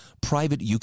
private